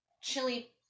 chili